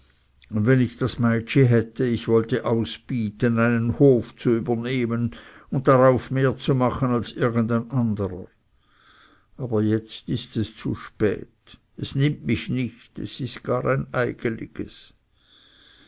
und wenn ich das meitschi hätte ich wollte ausbieten einen hof zu übernehmen und darauf mehr zu machen als irgend ein anderer aber jetzt ist es zu spät es nimmt mich nicht es ist gar ein